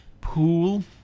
pool